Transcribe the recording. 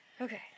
Okay